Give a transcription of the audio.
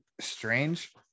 strange